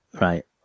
Right